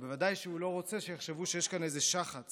ובוודאי שהוא לא רוצה שיחשבו שיש כאן איזה שחץ